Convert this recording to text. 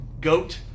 goat